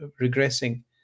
regressing